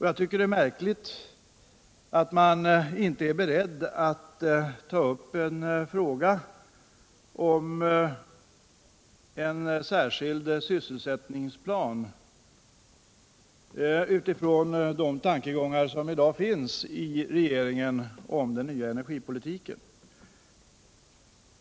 Jag tycker det är märkligt att man inte är beredd att ta upp frågan om en särskild sysselsättningsplan utifrån de tankegångar som i dag finns i regeringen om den nya energipolitiken.